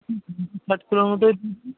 সাত কিলোর মতোই